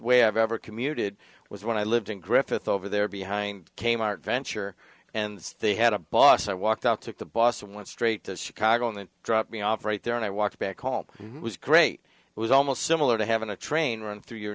way i've ever commuted was when i lived in griffith over there behind kmart venture and they had a boss i walked out took the boss wants straight to chicago and dropped me off right there and i walked back home it was great it was almost similar to having a train run through your